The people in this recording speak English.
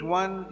one